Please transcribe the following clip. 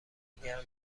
گرم